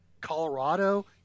Colorado